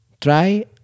Try